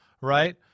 right